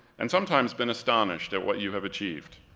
and sometimes been astonished at what you have achieved.